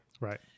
Right